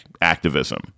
activism